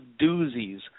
doozies